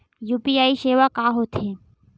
UPI सेवा का होथे?